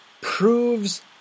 proves